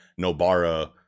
nobara